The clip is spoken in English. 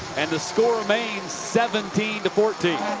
and the score remains seventeen fourteen.